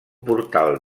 portal